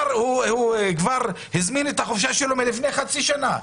הוא כבר הזמין את החופשה שלו מלפני חצי שנה.